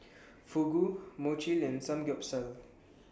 Fugu Mochi and Samgyeopsal